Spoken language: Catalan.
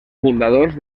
fundadors